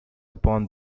upon